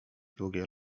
długie